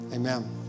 Amen